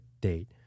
date